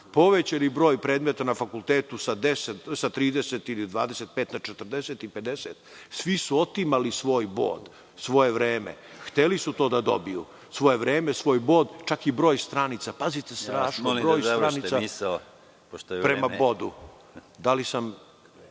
povećani broj predmeta na fakultetu sa 30 ili 25 na 40 ili 50. Svi su otimali svoj bod, svoje vreme. Hteli su to da dobiju. Svoje vreme, svoj bod, čak i broj stranica. Pazite, strašno. Broj stranica…(Predsedavajući: